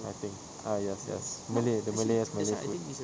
ya I think ah yes yes malay the malay malay food